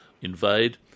invade